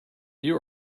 you